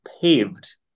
paved